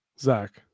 Zach